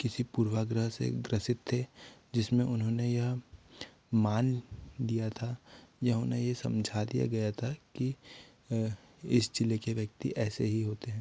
किसी पूर्वाग्रह से ग्रसित थे जिसमें उन्होंने यह मान लिया था या उन्हें ये समझा दिया गया था कि इस ज़िले के व्यक्ति ऐसे ही होते हैं